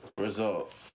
result